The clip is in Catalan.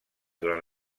durant